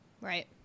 Right